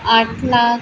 आठ लाख